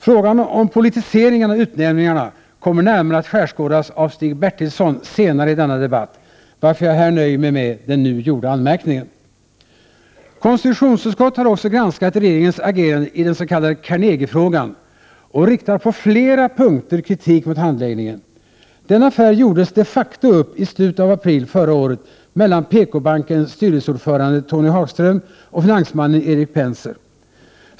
Frågan om politiseringen av utnämningarna kommer närmare att skärskådas av Stig Bertilsson senare i denna debatt, varför jag här nöjer mig med den nu gjorda anmärkningen. Konstitutionsutskottet har också granskat regeringens agerande i den s.k. Carnegiefrågan och riktar på flera punkter kritik mot handläggningen. Denna affär gjordes de facto uppi slutet av april förra året mellan PKbankens styrelseordförande Tony Hagström och finansmannen Erik Penser.